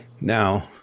Now